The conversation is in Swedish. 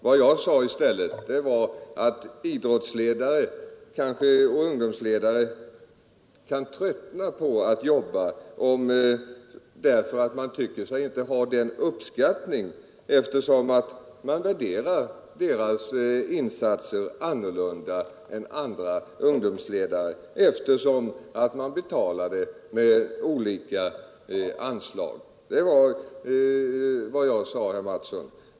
Vad jag sade och menade var att idrottsledare kan tröttna på att jobba vidare därför att de tycker sig inte röna motsvarande uppskattning — enär deras insatser värderas annorlunda än andra ungdomsledares, eftersom olika anslag utgår till dem. Detta var vad jag sade, herr Mattsson.